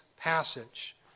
passage